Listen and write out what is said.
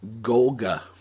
Golga